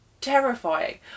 terrifying